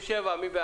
7?